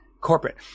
corporate